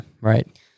right